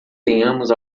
tenhamos